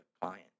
client